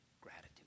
gratitude